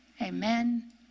Amen